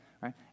right